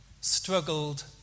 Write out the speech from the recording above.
Struggled